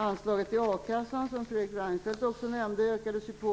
Anslaget till a-kassan ökades, som Fredrik Reinfeldt nämnde,